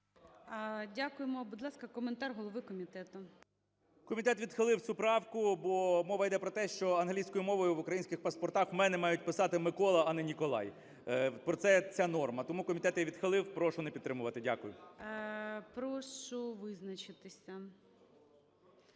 Дякуємо. Будь ласка, коментар голови комітету. 12:53:06 КНЯЖИЦЬКИЙ М.Л. Комітет відхилив цю правку, бо мова йде про те, що англійською мовою в українських паспортах в мене мають писати "Микола", а не "Николай", про це ця норма. Тому комітет її відхилив. Прошу не підтримувати. Дякую. ГОЛОВУЮЧИЙ. Прошу визначитися.